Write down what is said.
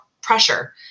pressure